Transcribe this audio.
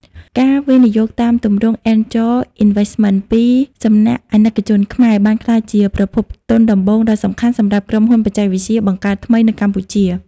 ការវិនិយោគតាមទម្រង់ Angel Investment ពីសំណាក់អាណិកជនខ្មែរ បានក្លាយជាប្រភពទុនដំបូងដ៏សំខាន់សម្រាប់ក្រុមហ៊ុនបច្ចេកវិទ្យាបង្កើតថ្មី នៅកម្ពុជា។